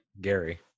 Gary